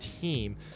team